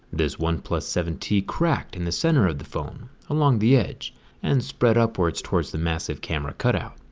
this oneplus seven t cracked in the center of the phone along the edge and spread upwards towards the massive camera cutout.